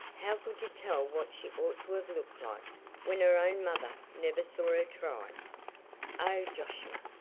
how could you tell what she ought to have looked like when her own mother never saw her try? oh, josiah,